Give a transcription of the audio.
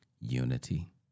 Unity